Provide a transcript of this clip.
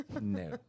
No